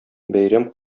бәйрәм